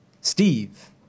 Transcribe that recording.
Steve